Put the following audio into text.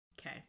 Okay